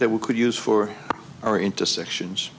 that we could use for our intersections